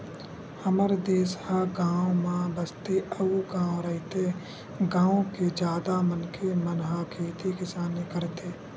हमर देस ह गाँव म बसथे अउ गॉव रहिथे, गाँव के जादा मनखे मन ह खेती किसानी करथे